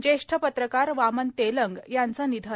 जेष्ठ पत्रकार वामन तेलंग यांचं निधन